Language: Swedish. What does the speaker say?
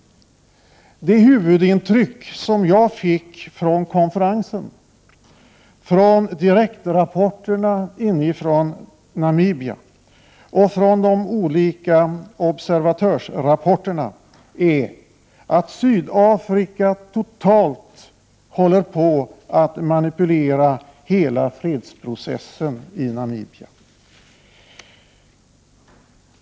Det huvudintryck som jag fick från konferensen, av direktrapporterna inifrån Namibia och av de olika observatörsrapporterna är att Sydafrika håller på att totalt manipulera hela fredsprocessen i Namibia.